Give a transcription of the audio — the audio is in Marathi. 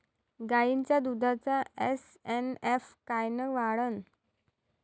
गायीच्या दुधाचा एस.एन.एफ कायनं वाढन?